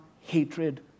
hatred